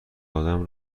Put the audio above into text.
ادم